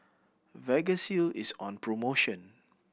Vagisil is on promotion